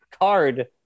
card